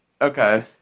Okay